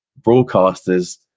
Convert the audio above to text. broadcasters